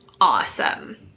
awesome